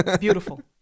Beautiful